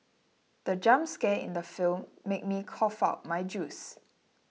the jump scare in the film made me cough out my juice